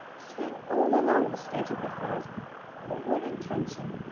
seeing all along the state of affairs, her one intention,